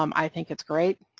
um i think it's great,